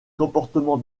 comportement